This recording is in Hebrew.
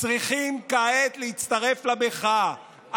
צריכים כעת להצטרף למחאה.